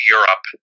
Europe